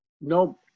No